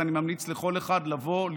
ואני ממליץ לכל אחד לבוא,